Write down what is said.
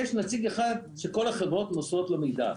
יש נציג אחד שכל החברות מוסרות לו מידע,